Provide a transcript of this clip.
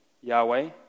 Yahweh